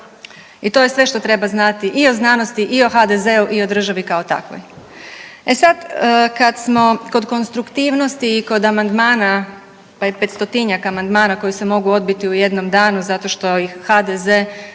I to je sve što treba znati i o znanosti i o HDZ-u i o državi kao takvoj. E sad kad smo kod konstruktivnosti i kod amandmana, pa je 500-tinjak amandmana koji se mogu odbiti u jednom danu zato što ih HDZ